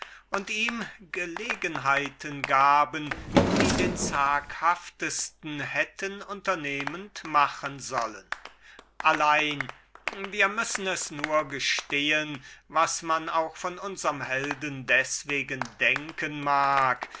gaben ihm gelegenheiten die den zaghaftesten hätten unternehmend machen sollen allein wir müssen es nur gestehen was man auch von unserm helden deswegen denken mag